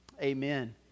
Amen